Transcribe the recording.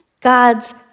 God's